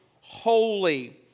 holy